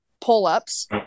pull-ups